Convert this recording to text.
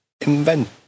Invent